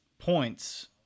points